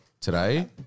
today